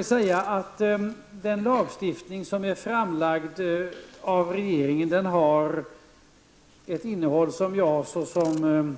Det lagstiftningsförslag som regeringen framlagd har ett innehåll som jag såsom